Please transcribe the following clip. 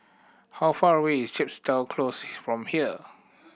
how far away is Chepstow Close from here